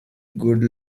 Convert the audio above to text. good